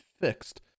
fixed